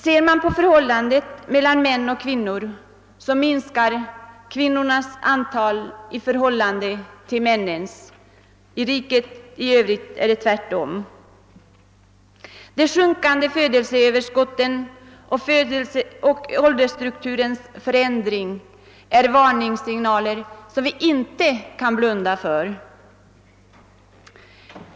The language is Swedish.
Ser man på relationen mellan antalet män och antalet kvinnor, finner man att kvinnornas antal minskar i förhållande till männens — i riket i övrigt är det tvärtom. De sjunkande födelseöverskotten och åldersstrukturens förändring är en varningssignal, som vi inte kan blunda för.